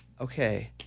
Okay